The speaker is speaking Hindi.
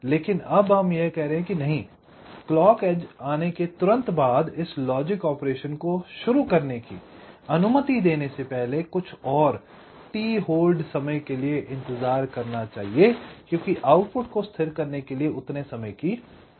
लेकिन अब हम कह रहे हैं कि नहीं क्लॉक एज आने के तुरंत बाद इस लॉजिक ऑपरेशन को शुरू करने की अनुमति देने से पहले कुछ और t होल्ड समय के लिए इंतजार करना चाहिए क्योंकि आउटपुट को स्थिर करने के लिए उस समय की आवश्यकता होती है